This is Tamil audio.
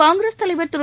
காங்கிரஸ் தலைவர் திரு